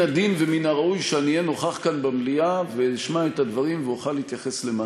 לומר, גברתי, עוד דבר, שגם אותו צריך להגיד.